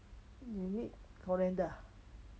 you need colander